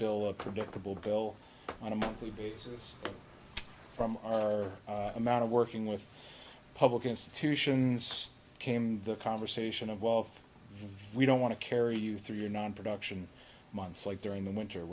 bill a predictable bill on a monthly basis from our amount of working with public institutions came the conversation of wealth we don't want to carry you through your non production months like during the winter